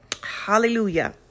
Hallelujah